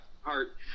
heart